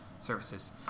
services